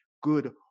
good